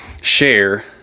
share